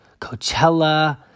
Coachella